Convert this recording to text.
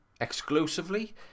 exclusively